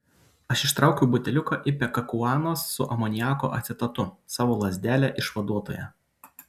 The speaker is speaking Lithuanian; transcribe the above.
aš ištraukiau buteliuką ipekakuanos su amoniako acetatu savo lazdelę išvaduotoją